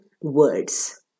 words